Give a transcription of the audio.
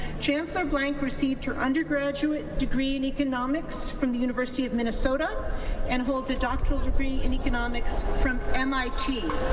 chancellor blank received her undergraduate degree in economics from the university of minnesota and holds a doctoral degree in economics from m i t.